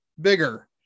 bigger